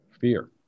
Fear